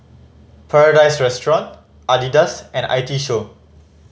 Paradise Restaurant Adidas and I T Show